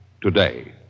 today